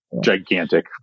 gigantic